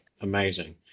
Amazing